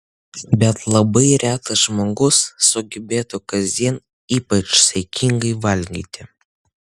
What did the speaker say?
bet labai retas žmogus sugebėtų kasdien ypač saikingai valgyti